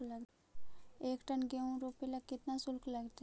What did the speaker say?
एक टन गेहूं रोपेला केतना शुल्क लगतई?